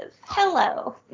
Hello